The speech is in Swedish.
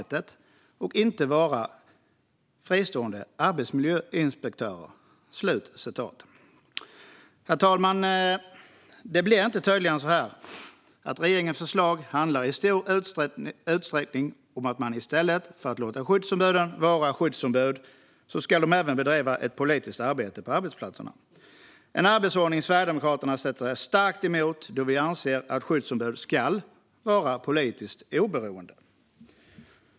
Det är inte deras uppgift att vara fristående arbetsmiljöinspektörer." Herr talman! Det blir inte tydligare än så här att regeringens förslag i stor utsträckning handlar om att man i stället för att låta skyddsombuden vara skyddsombud vill att de även ska bedriva politiskt arbete på arbetsplatserna. Det är en arbetsordning Sverigedemokraterna sätter sig starkt emot, då vi anser att skyddsombud ska vara politiskt oberoende.